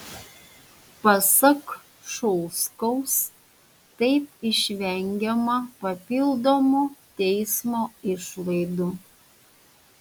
pasak šulskaus taip išvengiama papildomų teismo išlaidų